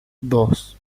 dos